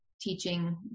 teaching